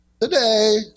today